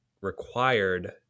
required